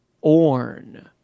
orn